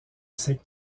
ses